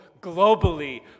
globally